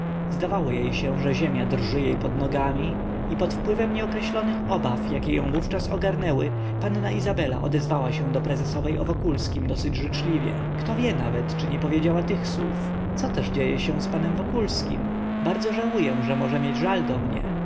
zdawało jej się że ziemia drży jej pod nogami i pod wpływem nieokreślonych obaw jakie ją wówczas ogarnęły panna izabela odezwała się do prezesowej o wokulskim dosyć życzliwie kto wie nawet czy nie powiedziała tych słów co się też dzieje z panem wokulskim bardzo żałuję że może mieć żal do mnie